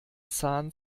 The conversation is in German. zahn